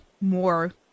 more